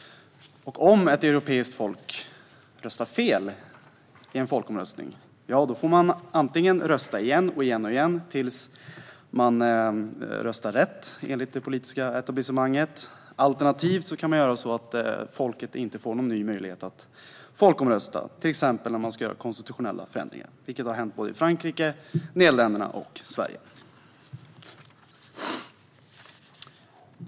Om ett europeiskt folk röstar "fel" i en folkomröstning får det rösta igen och igen tills det röstar "rätt" enligt det politiska etablissemanget. Alternativt kan man se till att folket inte får någon ny möjlighet att folkomrösta, till exempel när man ska göra konstitutionella förändringar. Detta har hänt såväl i Frankrike och i Nederländerna som i Sverige.